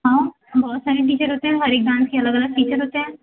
हाँ बहुत सारे टीचर होते हैं हर एक ब्रांच के अलगअलग टीचर्स होते हैं